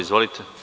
Izvolite.